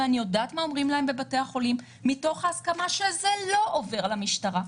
ואני יודעת מה אומרים להם בבתי החולים מתוך ההסכמה שזה לא עובר למשטרה.